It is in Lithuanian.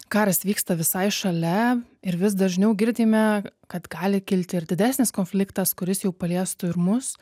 karas vyksta visai šalia ir vis dažniau girdime kad gali kilti ir didesnis konfliktas kuris jau paliestų ir mus